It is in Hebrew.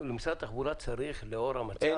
משרד התחבורה צריך, לאור המצב,